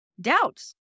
doubts